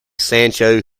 sancho